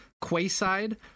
Quayside